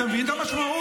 אתם מבינים את המשמעות?